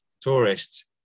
tourists